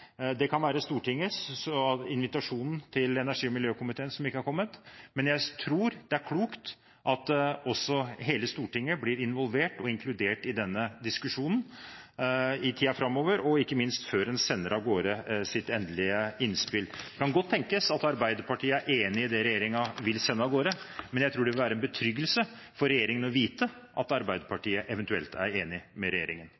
Det kan være invitasjonen til energi- og miljøkomiteen som ikke har kommet. Men jeg tror det er klokt at også hele Stortinget blir involvert og inkludert i denne diskusjonen i tiden framover, og ikke minst før en sender av gårde sitt endelige innspill. Det kan godt tenkes at Arbeiderpartiet er enig i det regjeringen vil sende av gårde, men jeg tror det vil være en betryggelse for regjeringen å vite at Arbeiderpartiet eventuelt er enig med regjeringen.